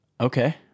Okay